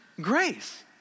grace